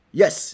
yes